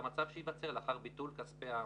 למצב שייווצר לאחר ביטול כספי ההמרות.